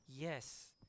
Yes